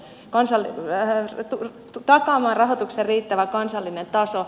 kansalle vähän että tarhaamaan rahoituksen riittävä kansallinen taso